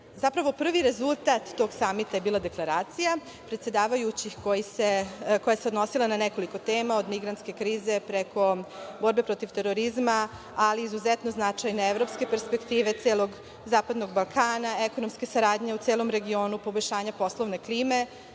zapravo prvi rezultat tog samita je bila deklaracija, koja se odnosila na nekoliko tema, od migrantske krize preko borbe protiv terorizma, ali izuzetno značajne evropske perspektive celog zapadnog Balkana, ekonomske saradnje u celom regionu, poboljšanja poslovne klime,